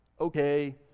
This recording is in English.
okay